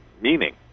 meaning